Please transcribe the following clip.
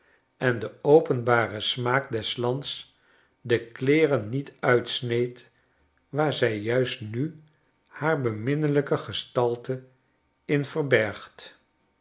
en de openbare smaak des lands de kleeren niet uitsneed waar zij juist nu haar beminnelijke gestalte in verbergt